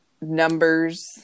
numbers